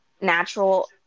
natural